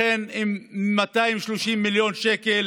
לכן, 230 מיליון שקל